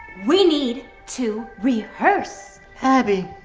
we need to rehearse. abby.